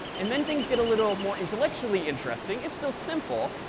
and then things get a little more intellectually interesting, if still simple.